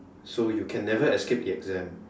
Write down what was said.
so you can never escape the exam